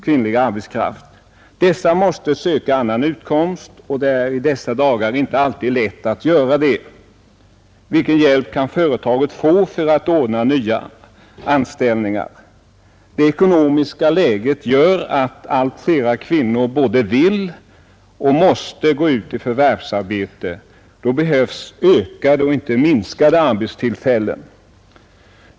Dessa måste skaffa sig annan utkomst, och det är i dessa dagar inte alltid lätt att göra det. Vilken hjälp kan företaget få för att ordna nya anställningar? Det ekonomiska läget gör att allt fler kvinnor både vill och måste gå ut i förvärvslivet. Då behövs ett ökat och inte ett minskat antal arbetstillfällen.